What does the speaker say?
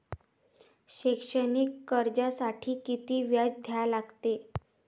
शैक्षणिक कर्जासाठी किती व्याज द्या लागते?